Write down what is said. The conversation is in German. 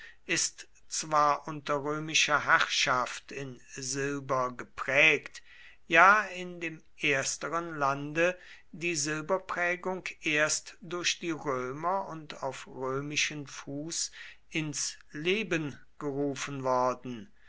ist zwar unter römischer herrschaft in silber geprägt ja in dem ersteren lande die silberprägung erst durch die römer und auf römischen fuß ins leben gerufen worden